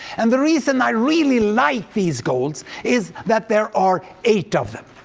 and the reason i really like these goals is that there are eight of them.